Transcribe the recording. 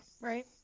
right